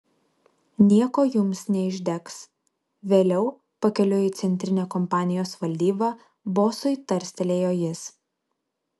nieko jums neišdegs vėliau pakeliui į centrinę kompanijos valdybą bosui tarstelėjo jis